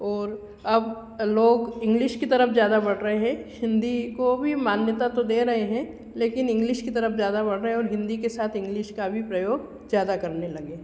और अब लोग इंग्लिश की तरफ ज़्यादा बढ़ रहे हैं हिन्दी को भी मान्यता तो दे रहे हैं लेकिन इंग्लिश की तरफ जादा बढ़ रहे और हिन्दी के साथ इंग्लिश का भी प्रयोग ज़्यादा करने लगे हैं